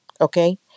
Okay